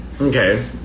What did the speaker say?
Okay